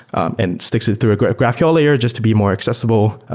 and sticks it through a graphql layer just to be more accessible,